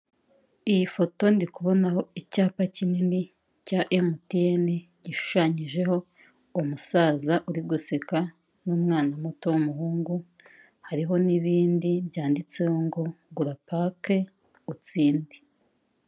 Iyi foto ndikubonaho icyapa kinini cya emutiyeni gishushanyijeho umusaza uri guseka n'umwana muto w'umuhungu hariho n'ibindi byanditseho ngo gura pake utsinde.